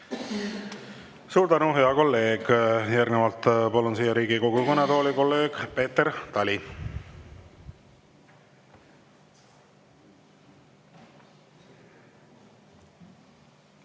Suur tänu, hea kolleeg! Järgnevalt palun siia Riigikogu kõnetooli kolleeg Peeter Tali.